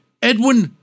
Edwin